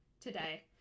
today